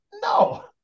No